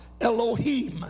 Elohim